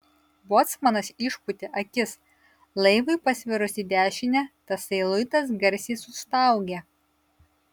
bocmanas išpūtė akis laivui pasvirus į dešinę tasai luitas garsiai sustaugė